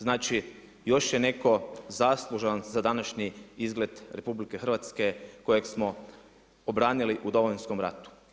Znači još je netko zaslužan za današnji izgled RH kojeg smo obranili u Domovinskom ratu.